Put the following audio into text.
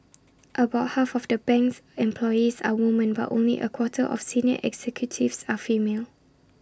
about half of the bank's employees are woman but only A quarter of senior executives are female